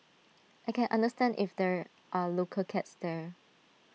I can understand if there are local cats there